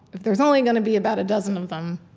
if there's only gonna be about a dozen of them,